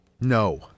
No